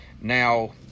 now